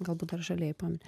galbūt dar žalieji pamini